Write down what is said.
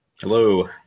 Hello